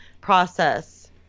process